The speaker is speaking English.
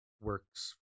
works